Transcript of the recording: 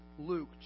Luke